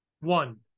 one